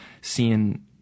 seeing